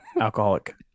alcoholic